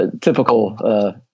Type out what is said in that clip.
typical